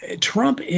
Trump